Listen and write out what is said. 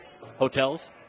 Hotels